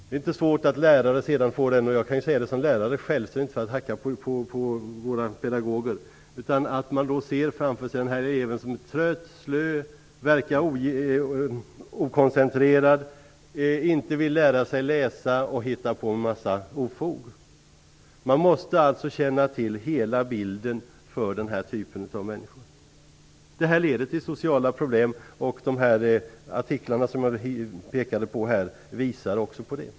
Det är inte konstigt att lärare - jag är lärare själv så jag säger inte detta för att hacka på våra pedagoger - ser den här eleven som trött, slö, okoncentrerad, en elev som inte vill lära sig läsa och som hittar på en massa ofog. Man måste alltså känna till hela bilden för den här typen av människor. Det här leder till sociala problem, och de artiklar som jag pekade på visar också detta.